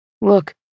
Look